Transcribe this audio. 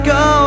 go